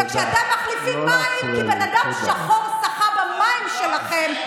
וכשאתם מחליפים מים כי בן אדם שחור שחה במים שלכם,